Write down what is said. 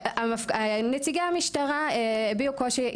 נציגי המשטרה הביעו קושי.